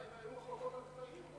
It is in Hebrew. אולי היו מחלוקות על קטעים,